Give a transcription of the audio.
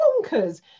bonkers